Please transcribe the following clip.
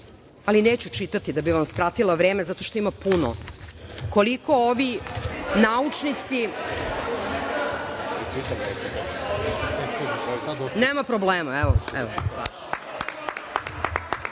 ali neću čitati da bih vam skratila vreme, zato što ima puno, koliko ovi naučnici…Nema problema,